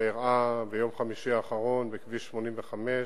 שאירעה ביום חמישי האחרון בכביש 85,